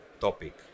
topic